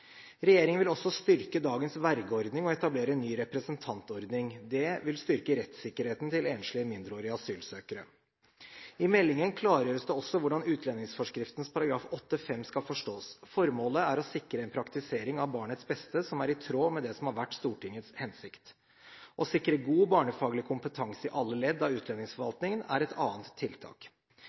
Regjeringen vil også styrke dagens vergeordning og etablere en ny representantordning. Det vil styrke rettssikkerheten til enslige mindreårige asylsøkere. I meldingen klargjøres det også hvordan utlendingsforskriften § 8-5 skal forstås. Formålet er å sikre en praktisering av barnets beste som er i tråd med det som har vært Stortingets hensikt. Å sikre god barnefaglig kompetanse i alle ledd av utlendingsforvaltningen er et annet tiltak.